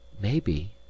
Maybe